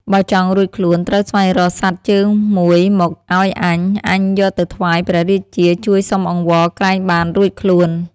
បើចង់រួចខ្លួនត្រូវស្វែងរកសត្វជើងមួយមកឲ្យអញ អញយកទៅថ្វាយព្រះរាជាជួយសុំអង្វរក្រែងបានរួចខ្លួន"។